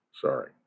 Sorry